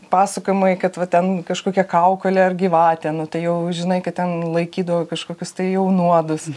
pasakojimai kad va ten kažkokia kaukolė ar gyvatė nu tai jau žinai kad ten laikydavo kažkokius tai jau nuodus